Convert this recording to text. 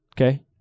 Okay